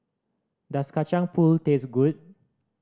does Kacang Pool taste good